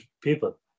people